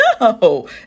No